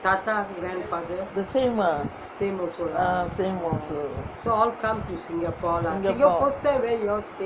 the same ah ah same also singapore